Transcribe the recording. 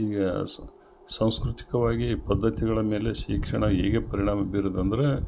ಈಗ ಸಾಂಸ್ಕೃತಿಕವಾಗಿ ಪದ್ದತಿಗಳ ಮೇಲೆ ಶಿಕ್ಷಣ ಹೇಗೆ ಪರಿಣಾಮ ಬೀರಿದೆ ಅಂದರೆ